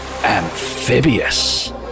Amphibious